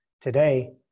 today